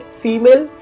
female